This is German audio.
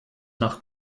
nach